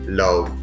love